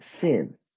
sin